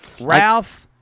Ralph